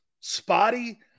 Spotty